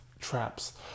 traps